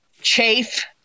Chafe